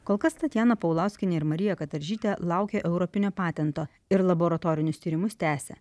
kol kas tatjana paulauskienė ir marija kataržytė laukia europinio patento ir laboratorinius tyrimus tęsia